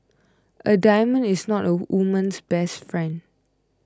a diamond is not a woman's best friend